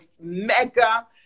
mega